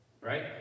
right